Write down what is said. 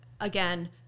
again